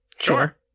Sure